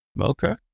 Okay